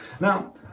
now